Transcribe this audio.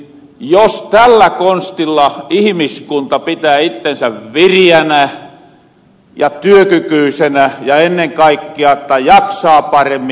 jos tällä konstilla ihimiskunta pitää ittensä viriänä ja työkykyysenä ja ennen kaikkea että jaksaa paremmin